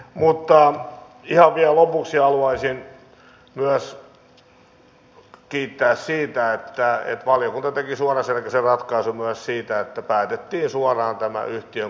mutta ihan vielä lopuksi haluaisin myös kiittää siitä että valiokunta teki suoraselkäisen ratkaisun myös siitä että päätettiin suoraan tämä yhtiön kotipaikka